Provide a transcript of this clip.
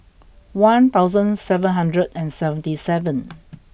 one thousand seven hundred and seventy seven